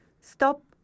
stop